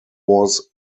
was